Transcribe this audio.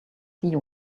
see